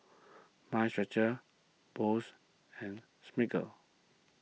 Mind Stretcher Boost and Smiggle